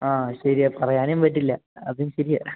ആ ശരിയാ പറയാനും പറ്റില്ല അതും ശരിയാ